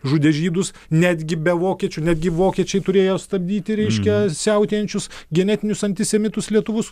žudė žydus netgi be vokiečių netgi vokiečiai turėjo stabdyti reiškia siautėjančius genetinius antisemitus lietuvus